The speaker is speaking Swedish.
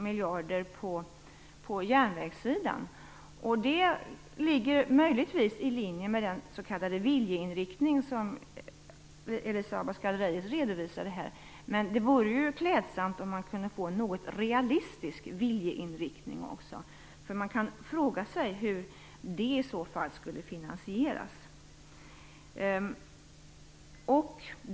Man kan fråga sig hur det i så fall skulle finansieras. Det ligger möjligtvis i linje med den s.k. viljeinriktning som Elisa Abascal Reyes redovisade här, men det vore ju klädsamt om man kunde åstadkomma en något så när realistisk viljeinriktning också.